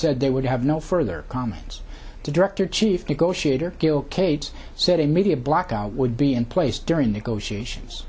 said they would have no further comments to director chief negotiator gil cates said a media blackout would be in place during negotiations